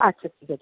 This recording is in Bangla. আচ্ছা ঠিক আছে